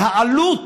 העלות